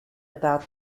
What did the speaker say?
about